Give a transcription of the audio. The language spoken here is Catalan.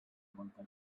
molta